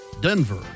Denver